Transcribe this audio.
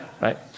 right